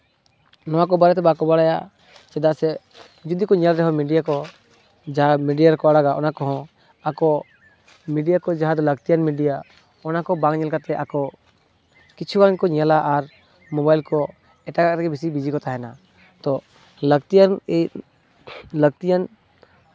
ᱱᱚᱣᱟᱠᱚ ᱵᱟᱨᱮᱛᱮ ᱵᱟᱠᱚ ᱵᱟᱲᱟᱭᱟ ᱪᱮᱫᱟᱜ ᱥᱮ ᱡᱩᱫᱤ ᱠᱚ ᱧᱮᱞ ᱨᱮᱦᱚᱸ ᱢᱤᱰᱤᱭᱟ ᱠᱚ ᱡᱟ ᱢᱤᱰᱤᱭᱟ ᱨᱮᱠᱚ ᱟᱲᱟᱜᱟ ᱚᱱᱟ ᱠᱚᱦᱚᱸ ᱟᱠᱚ ᱢᱤᱰᱤᱭᱟᱠᱚ ᱡᱟᱦᱟᱸᱨᱮ ᱞᱟᱠᱛᱤᱭᱟᱱ ᱢᱤᱰᱤᱭᱟ ᱚᱱᱟᱠᱚ ᱵᱟᱝ ᱠᱟᱛᱮᱜ ᱟᱠᱚ ᱠᱤᱪᱷᱩᱜᱟᱱ ᱠᱚ ᱧᱮᱞᱟ ᱟᱨ ᱢᱳᱵᱟᱭᱤᱞ ᱠᱚ ᱮᱴᱟᱜᱟᱜ ᱨᱮᱜᱮ ᱵᱮᱥᱤ ᱵᱤᱡᱤ ᱠᱚ ᱛᱟᱦᱮᱱᱟ ᱛᱳ ᱞᱟᱹᱠᱛᱤᱭᱟᱱ ᱞᱟᱹᱠᱛᱤᱭᱟᱱ